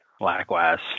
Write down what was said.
Likewise